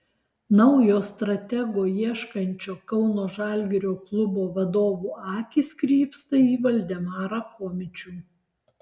naujo stratego ieškančio kauno žalgirio klubo vadovų akys krypsta į valdemarą chomičių